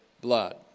blood